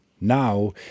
Now